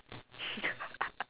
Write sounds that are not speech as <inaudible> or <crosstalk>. <laughs>